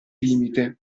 limite